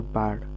bad